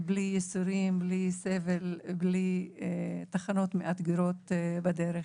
בלי ייסורים, בלי סבל, בלי תחנות מאתגרות בדרך.